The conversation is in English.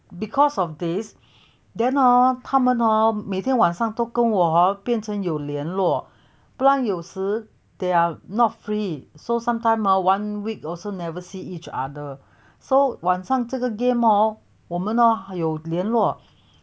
because of this then hor 他们 hor 每天晚上都跟我变成有联络不然有时 they are not free so sometime or one week also never see each other so 晚上这个 game hor 我们有联络